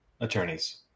attorneys